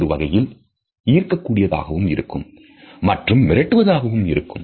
இது ஒரு வகையில் ஈர்க்கக் கூடியதாகவும் இருக்கும் மற்றும் மிரட்டுவதாகவும் இருக்கும்